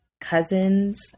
cousins